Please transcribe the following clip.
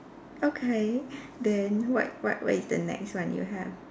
okay then what what what is the next one you have